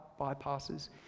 bypasses